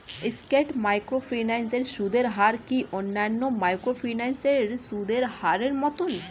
স্কেট microfinance এর সুদের হার কি অন্যান্য মাইক্রোফিন্যান্স এর সুদের হারের মতন?